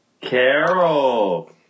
Carol